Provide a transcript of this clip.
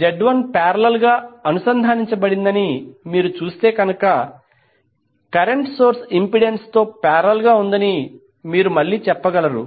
Z1 parallel గా అనుసంధానించ బడిందని మీరు చూస్తే కనుక కరెంట్ సోర్స్ ఇంపెడెన్స్తో పారేలల్ గా ఉందని మీరు మళ్ళీ చెప్పగలరు